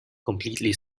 completely